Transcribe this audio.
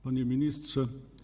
Panie Ministrze!